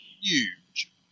huge